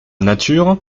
nature